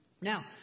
Now